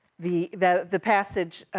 the, the the passage